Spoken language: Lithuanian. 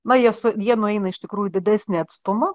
na jie su jie nueina iš tikrųjų didesnį atstumą